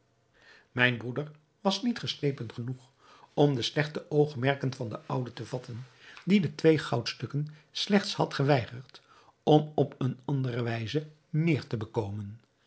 mijn broeder was niet geslepen genoeg om de slechte oogmerken van de oude te vatten die de twee goudstukken slechts had geweigerd om op eene andere wijze meer te bekomen